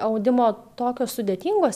audimo tokios sudėtingos